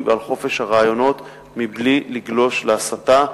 ועל חופש הרעיונות בלי לגלוש להסתה,